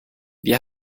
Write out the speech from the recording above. wir